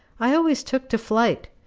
i always took to flight.